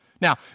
Now